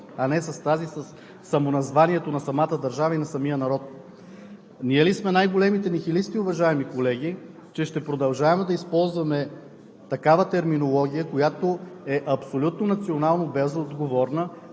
а не със самоназванието на самата държава и на самия народ? Ние ли сме най-големите нихилисти, уважаеми колеги, че ще продължаваме да използваме терминология, която е абсолютно национално безотговорна,